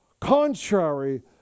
contrary